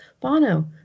Bono